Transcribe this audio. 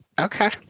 Okay